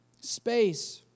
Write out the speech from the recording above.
space